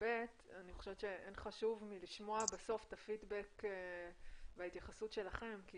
חשוב לשמוע את הפידבק וההתייחסות שלכם,